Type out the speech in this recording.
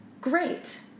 great